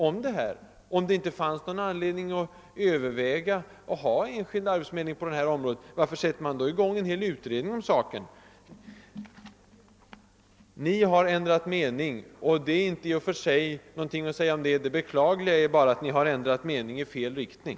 Om det inte fanns någon anledning att överväga att tillåta enskild arbetsförmedling, varför sätter man då i gång med en utredning om saken? Ni har ändrat mening, och det är i och för sig ingenting att säga om det. Det beklagliga är bara, att ni har ändrat mening i fel riktning.